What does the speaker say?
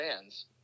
fans